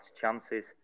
chances